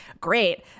great